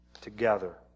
together